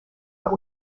but